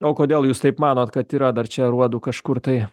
o kodėl jūs taip manote kad yra dar čia aruodų kažkur tai